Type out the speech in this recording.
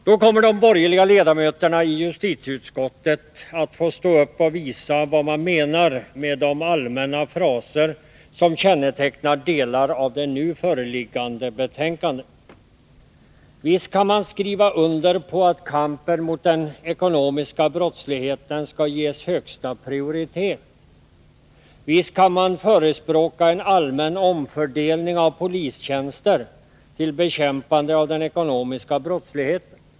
Då kommer de borgerliga ledamöterna i justitieutskottet att få stå upp och visa vad de menar med de allmänna fraser som kännetecknar delar av det nu föreliggande betänkandet. Visst kan man skriva under på att kampen mot den ekonomiska brottsligheten skall ges högsta prioritet. Visst kan man förespråka en allmän omfördelning av polistjänster till bekämpandet av den ekonomiska brottsligheten.